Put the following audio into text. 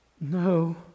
No